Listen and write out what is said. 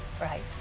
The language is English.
Right